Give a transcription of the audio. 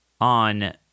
on